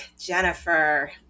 Jennifer